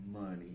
money